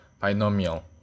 binomial